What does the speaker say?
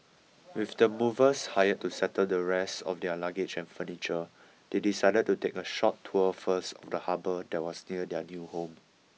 with the movers hired to settle the rest of their luggage and furniture they decided to take a short tour first of the harbour that was near their new home